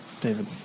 David